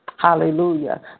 Hallelujah